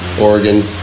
Oregon